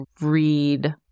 read